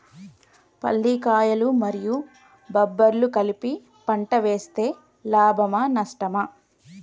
పల్లికాయలు మరియు బబ్బర్లు కలిపి పంట వేస్తే లాభమా? నష్టమా?